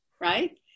right